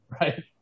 right